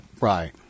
right